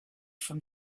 from